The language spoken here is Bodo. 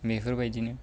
बेफोर बायदिनो